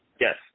Yes